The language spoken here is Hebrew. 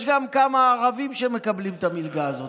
יש גם כמה ערבים שמקבלים את המלגה הזאת,